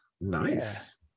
nice